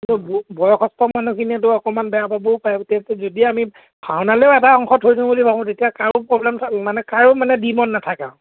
কিন্তু বয়সস্থ মানুহখিনিয়েতো অকণমান বেয়া পাবও পাৰে যদি আমি ভাওনালৈয়ো এটা অংশ থৈ দিওঁ বুলি ভাবোঁ তেতিয়া কাৰো প্ৰব্লেম মানে কাৰো মানে দ্বিমত নাথাকে আৰু